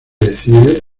decide